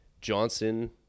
Johnson